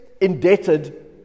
indebted